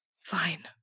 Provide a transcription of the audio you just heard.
Fine